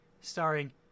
starring